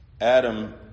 Adam